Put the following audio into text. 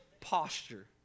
posture